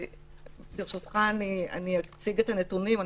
ברשותך, אני אציג את הנתונים.